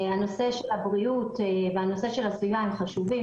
הנושא של הבריאות והנושא של הסביבה הם חשובים,